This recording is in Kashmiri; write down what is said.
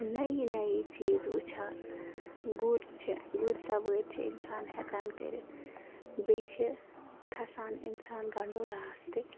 نٔیی نٔیی چیٖز وٕچھان گُر چھِ گُرۍ سوٲر چھِ اِنسان ہیٚکان کٔرِتھ بیٚیہِ چھِ کھسان اِنسان گنڈولا ہس تہِ